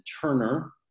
Turner